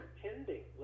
pretending